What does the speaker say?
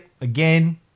again